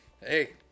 hey